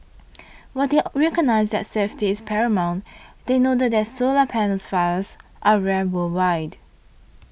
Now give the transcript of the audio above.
while they are recognised that safety is paramount they noted that solar panels fires are rare worldwide